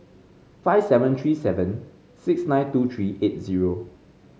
five seven three seven six nine two three eight zero